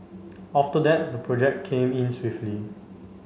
after that the project came in swiftly